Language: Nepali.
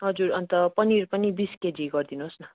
हजुर अन्त पनिर पनि बिस केजी गरिदिनुहोस् न